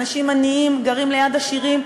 אנשים עניים גרים ליד עשירים.